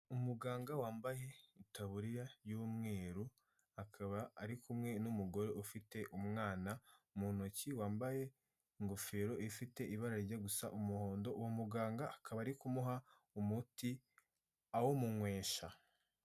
Umuganga wambaye itaburiya y'umweru akaba ari kumwe n'umugore ufite umwana mu ntoki, wambaye ingofero ifite ibara rijya gusa umuhondo, uwo muganga akaba ari kumuha umuti awumunywesha.